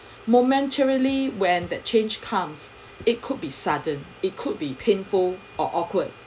momentarily when that change comes it could be sudden it could be painful or awkward